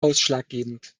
ausschlaggebend